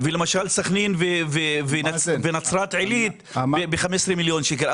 ולמשל סכנין ונצרת עילית ב-15 מיליון שקל,